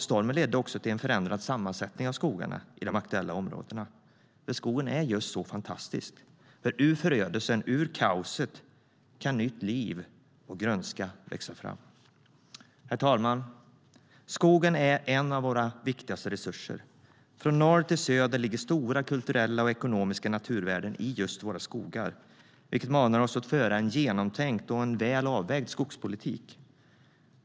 Stormen ledde också till en förändrad sammansättning av skogarna i de aktuella områdena. Skogen är just så fantastisk: Ur förödelsen, ur kaoset kan nytt liv och ny grönska växa fram. Herr talman! Skogen är en av våra viktigaste resurser. Från norr till söder ligger stora kulturella och ekonomiska naturvärden i just våra skogar, vilket manar oss att föra en genomtänkt och väl avvägd skogspolitik.